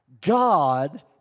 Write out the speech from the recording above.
God